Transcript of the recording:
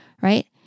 Right